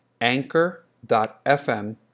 anchor.fm